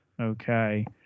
Okay